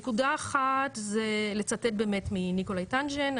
נקודה אחת זה לצטט באמת מניקולאי טנג'ן,